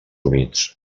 humits